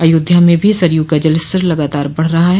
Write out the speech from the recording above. अयोध्या में भी सरयू का जलस्तर लगातार बढ़ रहा है